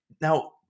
Now